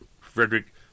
Frederick